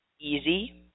easy